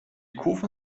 kufen